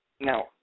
Now